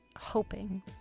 hoping